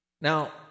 Now